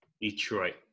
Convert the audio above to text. Detroit